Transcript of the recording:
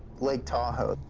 lake tahoe.